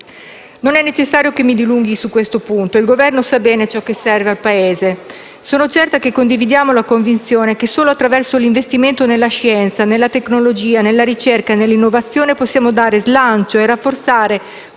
Non è necessario che mi dilunghi su questo punto, il Governo sa bene ciò che serve al Paese. Sono certa che condividiamo la convinzione che solo attraverso l'investimento nella scienza, nella tecnologia, nella ricerca e nell'innovazione possiamo dare slancio e rafforzare